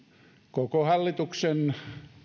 koko hallituksen